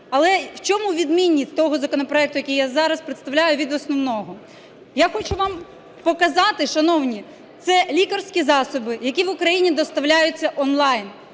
Але в чому відмінність того законопроекту, який я зараз представляю, від основного? Я хочу вам показати, шановні, – це лікарські засоби, які в Україні доставляються онлайн.